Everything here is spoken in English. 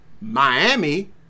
Miami